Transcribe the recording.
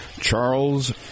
Charles